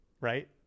Right